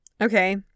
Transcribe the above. Okay